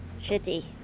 shitty